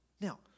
Now